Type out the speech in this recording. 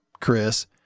Chris